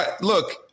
look